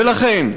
ולכן,